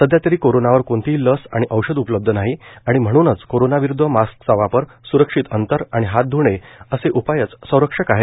सध्यातरी कोरोनावर कोणतीही लस आणि औषध उपलब्ध नाही आणि म्हणूनच कोरोनाविरूद्व मास्कचा वापर स्रक्षित अंतर आणि हात ध्णे असे उपायच संरक्षक आहेत